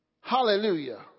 Hallelujah